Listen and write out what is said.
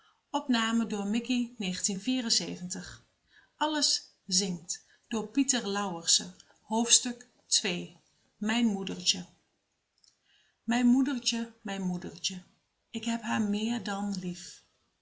lles zingt mijn moedertje mijn moedertje mijn moedertje ik heb haar meer dan lief